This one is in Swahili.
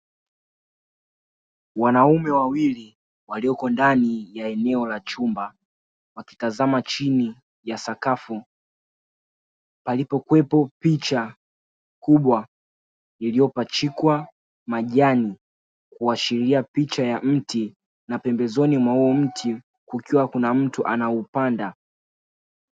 Wanaume wawili walioko ndani ya eneo la chumba, wakitazama chini ya sakafu, palipokuwepo picha kubwa iliyopachikwa majani, kuashiria picha ya mti na pembezoni mwa huo mti kukiwa kuna mtu anaupanda.